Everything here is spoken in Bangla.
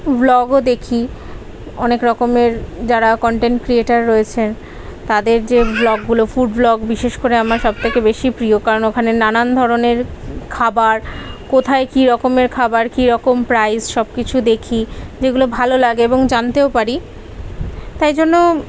ভ্লগও দেখি অনেক রকমের যারা কন্টেন্ট ক্রিয়েটার রয়েছে তাদের যে ভ্লগগুলো ফুড ভ্লগ বিশেষ করে আমার সব থেকে বেশি প্রিয় কারণ ওখানে নানান ধরনের খাবার কোথায় কী রকমের খাবার কী রকম প্রাইস সব কিছু দেখি যেগুলো ভালো লাগে এবং জানতেও পারি তাই জন্য